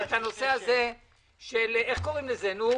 ואז המצב שלהם עוד יותר גרוע.